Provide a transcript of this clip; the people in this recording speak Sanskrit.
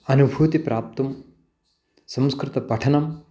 अनुभूतिः प्राप्तुं संस्कृतपठनम्